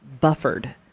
buffered